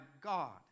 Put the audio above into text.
God